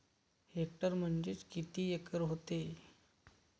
Hectare म्हणजे किती acre व्हते?